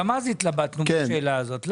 גם אז התלבטנו בשאלה הזאת.